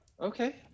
okay